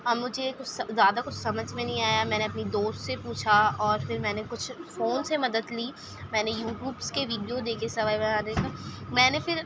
اب مجھے کچھ زیادہ کچھ سمجھ میں نہیں آیا میں نے اپنی دوست سے پوچھا اور پھر میں نے کچھ فون سے مدد لی میں نے یوٹیوبس کے ویڈیو دیکھے سیوئی بنانے کے میں نے پھر